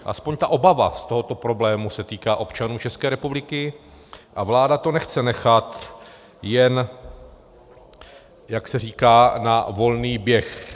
Aspoň ta obava z tohoto problému se týká občanů České republiky a vláda to nechce nechat jen, jak se říká, na volný běh.